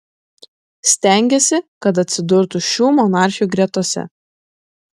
stengėsi kad atsidurtų šių monarchių gretose